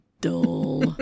dull